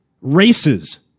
races